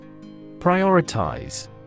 Prioritize